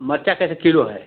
मिर्चा कैसे किलो है